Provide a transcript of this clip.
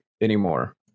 anymore